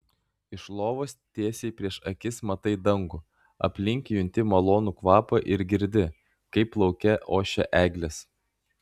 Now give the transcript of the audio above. iš lovos tiesiai prieš akis matai dangų aplink junti malonų kvapą ir girdi kaip lauke ošia eglės